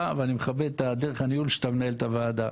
ואני מכבד את דרך הניהול שאתה מנהל את הוועדה.